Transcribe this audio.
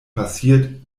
passiert